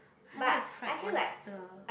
I like fried oyster